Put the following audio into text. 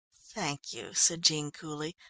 thank you, said jean coolly,